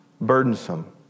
burdensome